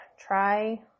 Try